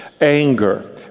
anger